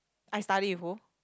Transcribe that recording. I study with who